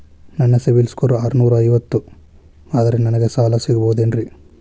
ನನ್ನ CIBIL score ಆರನೂರ ಐವತ್ತು ಅದರೇ ನನಗೆ ಸಾಲ ಸಿಗಬಹುದೇನ್ರಿ?